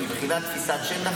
מבחינת תפיסת שטח,